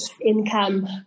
income